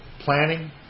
planning